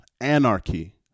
anarchy